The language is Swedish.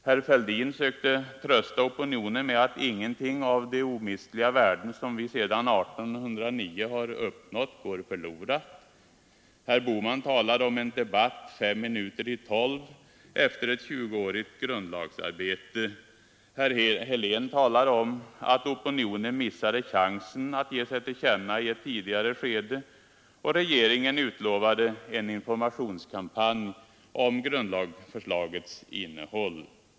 Herr Fälldin sökte trösta opinionen med att ingenting av de omistliga värden som vi sedan 1809 har uppnått går förlorat. Herr Bohman talade om en debatt fem minuter i tolv, efter ett tjuguårigt grundlagsarbete, herr Helén talade om att opinionen missade chansen att ge sig till känna i ett tidigare skede, och regeringen utlovade en informationskampanj om grundlagsförslagets innehåll.